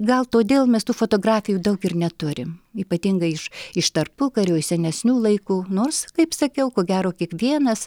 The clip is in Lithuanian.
gal todėl mes tų fotografijų daug ir neturim ypatingai iš iš tarpukario iš senesnių laikų nors kaip sakiau ko gero kiekvienas